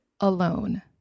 alone